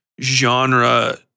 genre